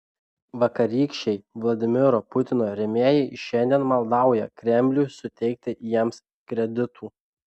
vakarykščiai vladimiro putino rėmėjai šiandien maldauja kremlių suteikti jiems kreditų